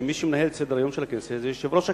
שמי שמנהל את סדר-היום של הכנסת זה יושב-ראש הכנסת,